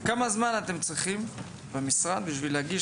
כמה זמן במשרד אתם צריכים כדי להגיש